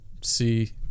see